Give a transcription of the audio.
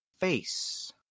face